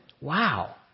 Wow